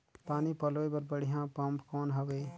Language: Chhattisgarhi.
पानी पलोय बर बढ़िया पम्प कौन हवय?